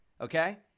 Okay